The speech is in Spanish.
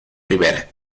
ribera